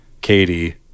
Katie